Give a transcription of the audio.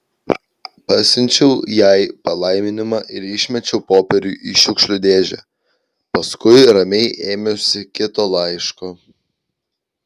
pasiunčiau jai palaiminimą ir išmečiau popierių į šiukšlių dėžę paskui ramiai ėmiausi kito laiško